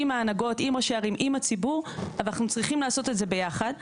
עם ההנהגות עם ראשי ערים עם הציבור אבל אנחנו צריכים לעשות את זה ביחד,